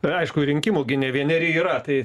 ir aišku rinkimų gi ne vieneri yra tai